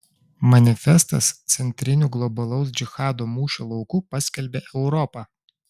manifestas centriniu globalaus džihado mūšio lauku paskelbė europą